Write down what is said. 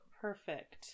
Perfect